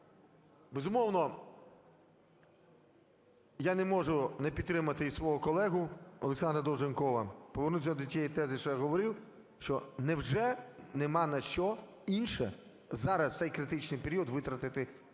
Безумовно, я не можу не підтримати і свого колегу ОлександраДолженкова, повернутися до тієї тези, що я говорив, що невже нема на що інше зараз, в цей критичний період витратити кошти